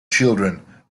children